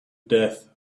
death